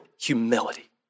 humility